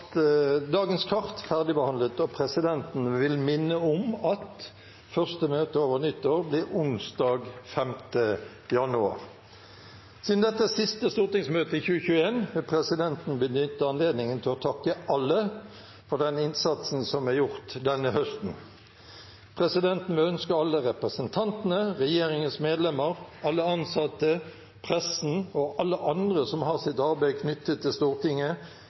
er dagens kart ferdigbehandlet, og presidenten vil minne om at første møte over nyttår blir onsdag 5. januar. Da dette er det siste stortingsmøtet i 2021, vil presidenten benytte anledningen til å takke alle for den innsatsen som er gjort denne høsten. Presidenten vil ønske alle representantene, regjeringens medlemmer, alle ansatte, pressen og alle andre som har sitt arbeid knyttet til Stortinget,